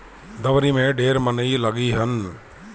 दँवरी में ढेर मनई लगिहन